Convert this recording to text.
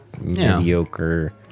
mediocre